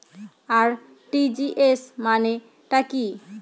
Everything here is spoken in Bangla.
আর.টি.জি.এস মানে টা কি?